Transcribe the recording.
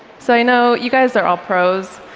so i know you guys are all pros,